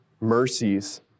mercies